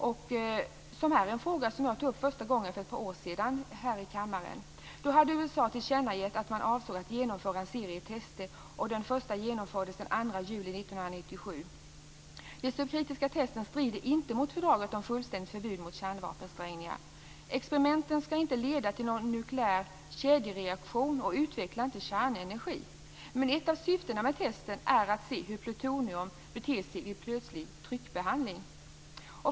Det är en fråga som jag tog upp för första gången här i kammaren för ett par år sedan. Då hade USA tillkännagett att man avsåg att genomföra en serie tester. Den första genomfördes den 2 juli 1997. De subkritiska testen strider inte mot fördraget om fullständigt förbud mot kärnsprängningar. Experimenten skall inte leda till någon nukleär kedjereaktion och utvecklar inte kärnenergi. Men ett av syftena med testen är att se hur plutonium beter sig vid plötslig tryckbehandling.